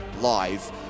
live